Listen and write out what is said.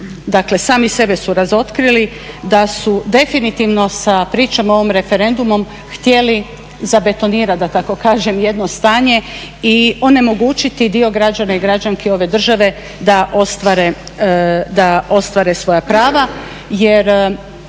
dakle sami sebe su razotkrili da su definitivno sa pričom o ovom referendumu htjeli zabetonirati da tako kažem jedno stanje i onemogućiti dio građana i građanki ove države da ostvare svoja prava. Jer